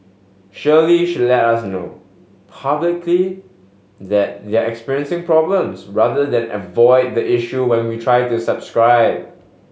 surely should let us know publicly that they're experiencing problems rather than avoid the issue when we try to subscribe